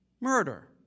murder